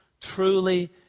truly